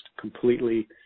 completely